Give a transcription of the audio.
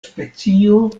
specio